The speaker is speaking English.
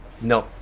No